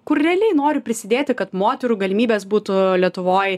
kur realiai nori prisidėti kad moterų galimybės būtų lietuvoj